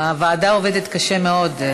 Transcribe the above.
הוועדה עובדת קשה מאוד.